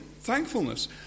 thankfulness